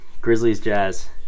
Grizzlies-Jazz